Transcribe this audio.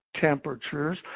temperatures